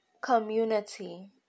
community